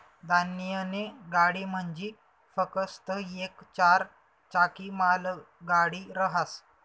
धान्यनी गाडी म्हंजी फकस्त येक चार चाकी मालगाडी रहास